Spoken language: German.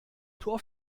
tor